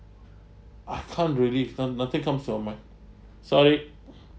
I can't really noth~ nothing comes to your mind sorry